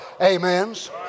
amens